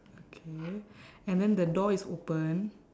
okay and then the door is open